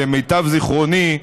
למיטב זיכרוני,